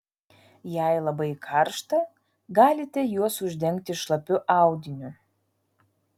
jei labai karšta galite juos uždengti šlapiu audiniu